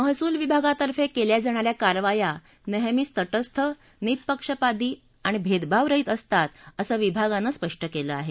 महसूल विभागातर्फे केल्या जाणा या कारवाया नेहमीच तटस्थ निःपक्षपाती आणि भेदभावरहित असतात असं विभागानं स्पष्ट केलं आहे